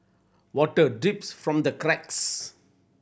water drips from the cracks